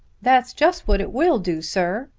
that's just what it will do, sir,